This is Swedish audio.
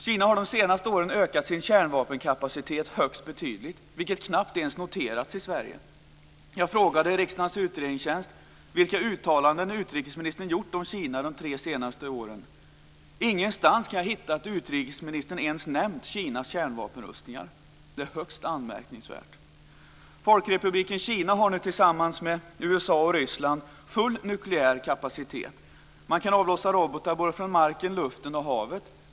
Kina har de senaste åren ökat sin kärnvapenkapacitet högst betydligt, vilket knappt ens har noterats i Sverige. Jag frågade riksdagens utredningstjänst om vilka uttalanden utrikesministern hade gjort om Kina under de tre senaste åren. Ingenstans kan jag hitta att utrikesministern ens har nämnt Kinas kärnvapenrustningar. Det är högst anmärkningsvärt. Folkrepubliken Kina har nu tillsammans med USA och Ryssland full nukleär kapacitet. Man kan avlossa robotar från marken, luften och havet.